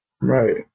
Right